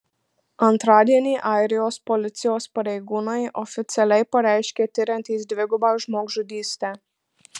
antradienį airijos policijos pareigūnai oficialiai pareiškė tiriantys dvigubą žmogžudystę